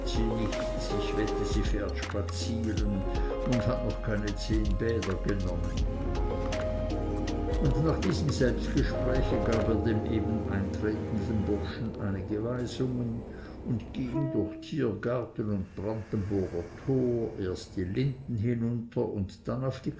ich wette sie fährt spazieren und hat noch keine zehn bäder genommen und nach diesem selbstgespräche gab er dem eben eintretenden burschen einige weisungen und ging durch tiergarten und brandenburger tor erst die linden hinunter und dann auf die